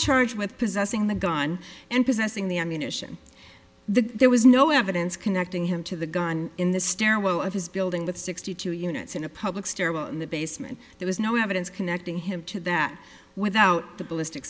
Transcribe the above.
charged with possessing the gun and possessing the ammunition there was no evidence connecting him to the gun in the stairwell of his building with sixty two units in a public stairwell in the basement there was no evidence connecting him to that without the ballistic